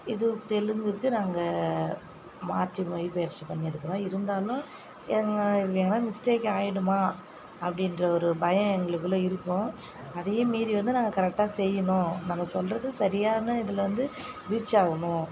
இது தெலுங்குக்கு நாங்கள் மாற்றி மொழிபெயர்ச்சி பண்ணிருக்கிறோம் இருந்தாலும் எங்கே எங்கேனா மிஸ்டேக் ஆகிடுமா அப்படின்ற ஒரு பயம் எங்களுக்குள்ளே இருக்கும் அதையும் மீறிவந்து நாங்கள் கரெக்டாக செய்யனும் நம்ம சொல்கிறது சரியானு இதில் வந்து ரீச் ஆகனும்